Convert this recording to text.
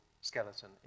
skeleton